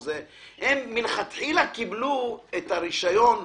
הם מלכתחילה קיבלו את הרישיון.